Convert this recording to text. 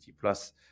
plus